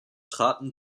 traten